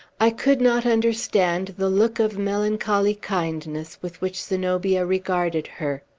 i could not understand the look of melancholy kindness with which zenobia regarded her.